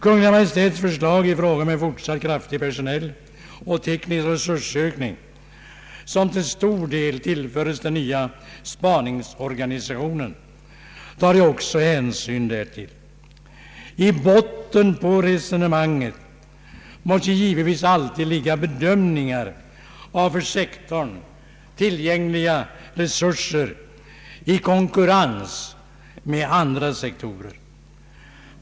Kungl. Maj:ts förslag om en kraftig personell och teknisk resursökning, som till stor del tillförs den nya spaningsorganisationen, tar också hänsyn därtill. I botten på resonemanget måste givetvis alltid ligga bedömningar av för sektorn tillgängliga resurser i konkurrens med andra sektorer.